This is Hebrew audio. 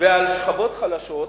ועל שכבות חלשות,